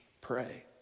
pray